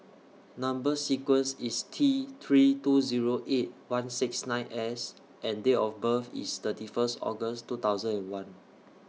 Number sequence IS T three two Zero eight one six nine S and Date of birth IS thirty First August two thousand and one